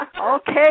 Okay